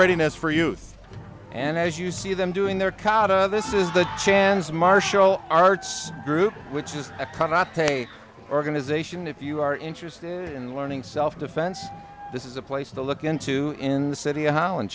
readiness for youth and as you see them doing their kata this is the chance martial arts group which is a cannot take organization if you are interested in learning self defense this is a place to look into in the city of holland